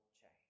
change